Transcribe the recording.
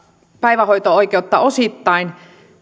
päivähoito oikeutta osittain on